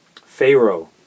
Pharaoh